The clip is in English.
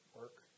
work